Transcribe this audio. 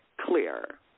clear